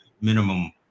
minimum